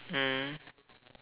mm